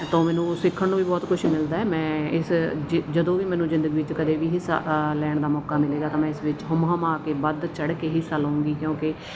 ਤੋਂ ਮੈਨੂੰ ਸਿੱਖਣ ਨੂੰ ਵੀ ਬਹੁਤ ਕੁਛ ਮਿਲਦਾ ਹੈ ਮੈਂ ਇਸ ਜੇ ਜਦੋਂ ਵੀ ਮੈਨੂੰ ਜ਼ਿੰਦਗੀ ਵਿੱਚ ਕਦੇ ਵੀ ਹਿੱਸਾ ਲੈਣ ਦਾ ਮੌਕਾ ਮਿਲੇਗਾ ਤਾਂ ਮੈਂ ਇਸ ਵਿੱਚ ਹੁੰਮ ਹੁਮਾ ਕੇ ਵਧ ਚੜ ਕੇ ਹਿੱਸਾ ਲਊਂਗੀ ਕਿਉਂਕਿ